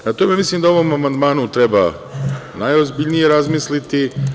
Prema tome, mislim da o ovom amandmanu treba najozbiljnije razmisliti.